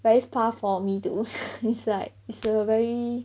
very far for me to it's like it's a very